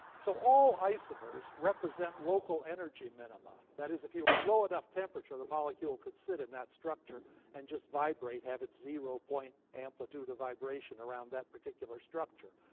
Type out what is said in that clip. so all isomers represent local energy minima that is, if you were at a low enough temperature, the molecule could sit in that structure and just vibrate have a zero-point amplitude of vibration around that particular structure.